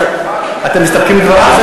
אתם מסתפקים בדבריו?